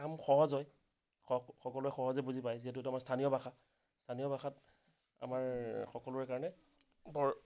কাম সহজ হয় সকলোৱে সহজে বুজি পায় যিহেতু এইটো আমাৰ স্থানীয় ভাষা স্থানীয় ভাষাত আমাৰ সকলোৰে কাৰণে বৰ